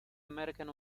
american